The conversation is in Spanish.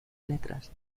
letras